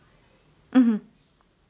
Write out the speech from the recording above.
mmhmm